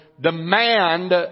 demand